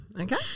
Okay